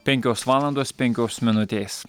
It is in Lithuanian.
penkios valandos penkios minutės